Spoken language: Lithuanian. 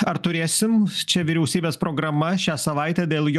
ar turėsim čia vyriausybės programa šią savaitę dėl jo